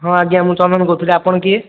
ହଁ ଆଜ୍ଞା ମୁଁ ଚନ୍ଦନ କହୁଥିଲି ଆପଣ କିଏ